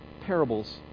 parables